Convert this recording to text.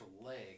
leg